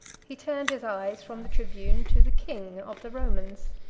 he turned his eyes from the tribune, to the king, of the romans.